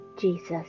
Jesus